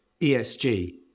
ESG